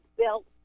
built